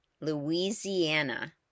Louisiana